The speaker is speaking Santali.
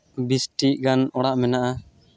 ᱵᱤᱥᱴᱤ ᱜᱟᱱ ᱚᱲᱟᱜ ᱢᱮᱱᱟᱜᱼᱟ